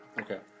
Okay